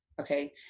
Okay